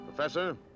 Professor